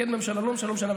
כן ממשלה לא ממשלה,